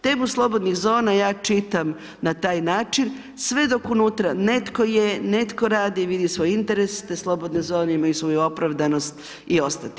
Temu slobodnih zona ja čitam na taj način, sve dok unutra netko je, netko radi i vidi svoj interes te slobodne zone imaju svoju opravdanost i ostati.